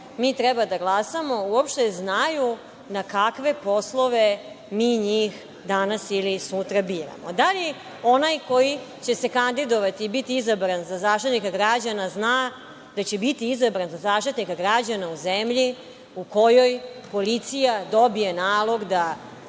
mi treba da glasamo uopšte znaju na kakve poslove mi njih danas ili sutra biramo? Da li onaj koji će se kandidovati i biti izabran za Zaštitnika građana zna da će biti izabran za Zaštitnika građana u zemlji u kojoj policija dobije nalog da